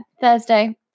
Thursday